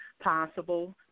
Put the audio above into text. possible